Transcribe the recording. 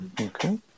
Okay